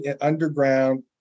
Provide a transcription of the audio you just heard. underground